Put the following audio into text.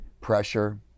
Pressure